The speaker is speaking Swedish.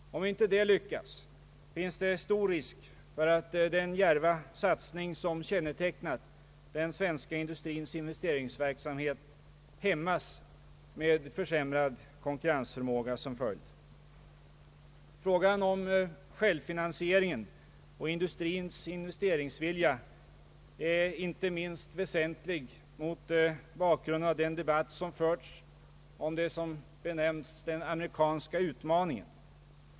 Om det inte lyckas, finns stor risk för att den djärva satsning som kännetecknat den svenska industrins investeringsverksamhet hämmas, med försämrad konkurrensförmåga som följd. Frågan om självfinansieringen och industrins investeringsvilja är inte minst väsentlig mot bakgrunden av den debatt som förts om det som benämns »den amerikanska utmaningen».